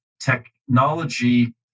technology